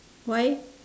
why